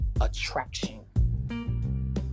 attraction